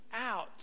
out